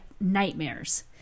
nightmares